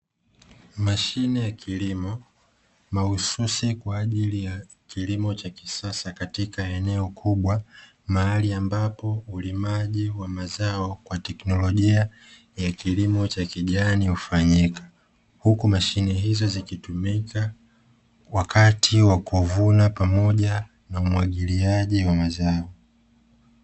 Mashine ya kilimo mahususi kwa ajili ya kilimo cha kisasa katika eneo kubwa, mahali ambapo ulimaji wa mazao kwa teknolojia ya kilimo cha kijani hufanyika; huku mashine hizo zikitumika wakati wa kuvuna pamoja na umwagiliaji wa mazao.